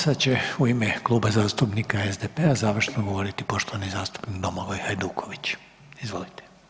Sad će u ime Kluba zastupnika SDP-a završno govoriti poštovani zastupnik Domagoj Hajduković, izvolite.